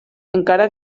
encara